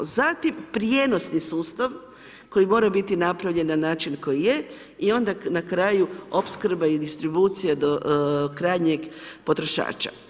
Zatim prijenosni sustav koji mora biti napravljen na način koji je i onda na kraju opskrba i distribucija do krajnjeg potrošača.